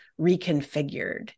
reconfigured